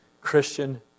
Christian